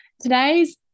Today's